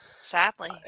sadly